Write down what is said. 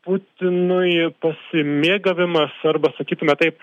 putinui pasimėgavimas arba sakytume taip